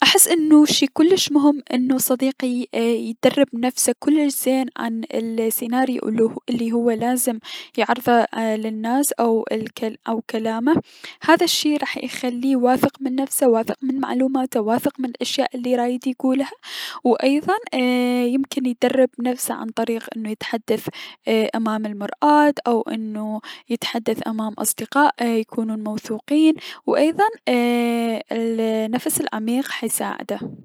احس انو شي كلش مهم انو صديقي اي يتدرب نفسه كلش زين عن الالسيناريو الي لازم هو يعرضه للناس او الك كلامه، هذا الشي راح يخليه واثق من نفسه، واثق من معلوماته، واثق من الأشياء الي رايد يكولها، و ايضا يمكن يتدرب نفسه عن طريق انه يتحدث عن طريق انه يتحدث امام المراة او انو يتحدث امام اصدقاء يكونون اي- موثوفين و ايضا ايي- النفس العميق حيساعده.